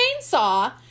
chainsaw